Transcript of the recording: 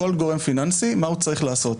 מה הוא צריך לעשות.